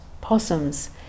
possums